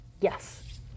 Yes